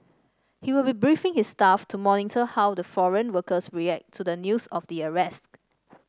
he will be briefing his staff to monitor how the foreign workers react to the news of the arrest